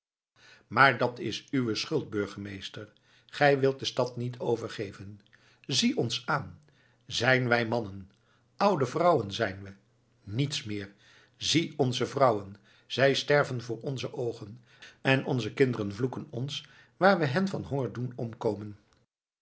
maar dat is uwe schuld burgemeester gij wilt de stad niet overgeven zie ons aan zijn wij mannen oude vrouwen zijn we niets meer zie onze vrouwen zij sterven voor onze oogen en onze kinderen vloeken ons waar we hen van honger doen omkomen